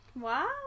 wow